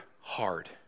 hard